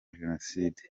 jenoside